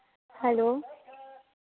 hello